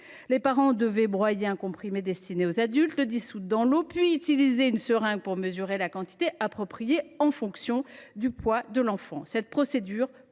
Les parents devaient broyer un comprimé destiné aux adultes, le dissoudre dans de l’eau, puis utiliser une seringue pour mesurer la quantité adaptée au poids de l’enfant. Outre le